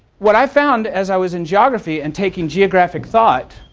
what i found as i was in geography and taking geographic thought,